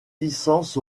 licences